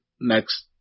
next